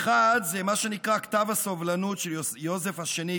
האחד זה מה שנקרא "כתב הסובלנות" של יוזף השני,